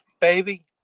Baby